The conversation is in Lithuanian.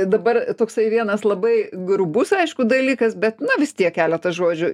dabar toksai vienas labai grubus aišku dalykas bet na vis tiek keletą žodžių